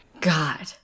God